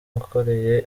wakoreye